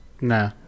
Nah